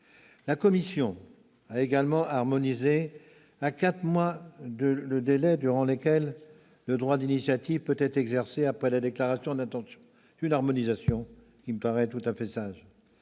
La commission a également harmonisé à quatre mois le délai durant lequel le droit d'initiative peut être exercé après la déclaration d'intention. Cette harmonisation me paraît tout à fait sage.